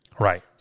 Right